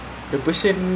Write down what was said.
I see